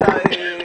בבקשה.